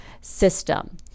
system